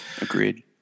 Agreed